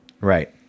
right